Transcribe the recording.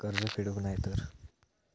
कर्ज फेडूक नाय तर?